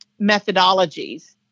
methodologies